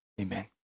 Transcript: amen